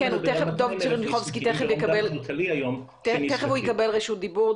כן דב צ'רניחובסקי תכף יקבל רשות דיבור.